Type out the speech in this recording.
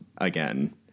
again